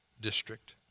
district